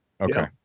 Okay